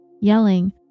yelling